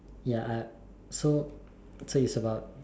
ya I so so it's about